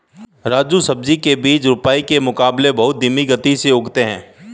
राजू सब्जी के बीज रोपाई के मुकाबले बहुत धीमी गति से उगते हैं